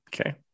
Okay